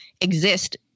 exist